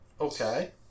Okay